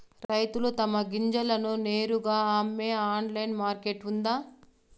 రైతులు తమ గింజలను నేరుగా అమ్మే ఆన్లైన్ మార్కెట్ ఉందా?